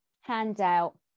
handout